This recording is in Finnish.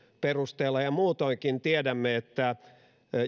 perusteella ja muutoinkin tiedämme että